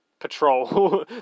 patrol